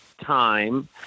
time